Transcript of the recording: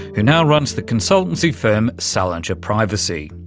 who now runs the consultancy firm salinger privacy.